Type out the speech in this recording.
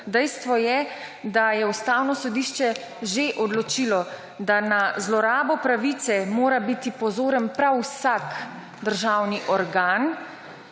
Dejstvo je, da je Ustavno sodišče že odločilo, da na zlorabo pravice mora biti pozoren prav vsak državni organ.